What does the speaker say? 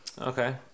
okay